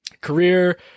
Career